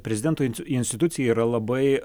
prezidento institucija yra labai